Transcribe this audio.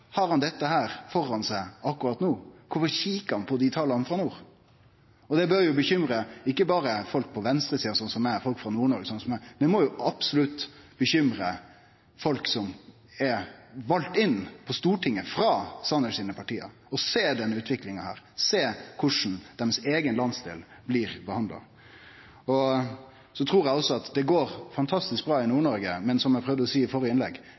seg akkurat no? Kvifor kikar han på dei tala frå nord? Det bør bekymre ikkje berre folk på venstresida, slik som eg, eller folk frå Nord-Noreg, slik som eg. Det må absolutt bekymre folk som er valde inn på Stortinget frå Sanner sitt parti, å sjå denne utviklinga og sjå korleis deira eigen landsdel blir behandla. Eg trur også det går fantastisk bra i Nord-Noreg, men som eg prøvde å seie i